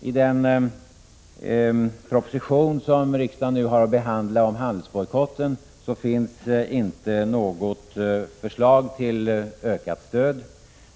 I den proposition som riksdagen nu har att behandla om handelsbojkotten finns inte något förslag till ökat stöd.